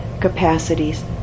capacities